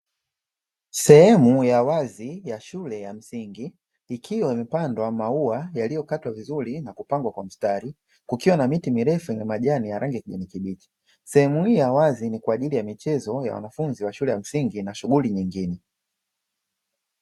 Sehemu ya wazi ya shule ya msingi; ikiwa imepandwa maua yaliyokatwa vizuri na kupangwa kwa mstari, kukiwa na miti mirefu na majani ya rangi ya kijani kibichi. Sehemu hii ya wazi ni kwa ajili ya michezo ya wanafunzi wa shule ya msingi na shughuli nyingine.